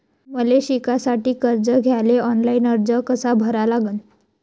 मले शिकासाठी कर्ज घ्याले ऑनलाईन अर्ज कसा भरा लागन?